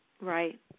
Right